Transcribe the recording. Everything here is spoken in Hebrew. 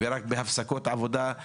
רק בהפסקות עבודה.